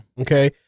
okay